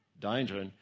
danger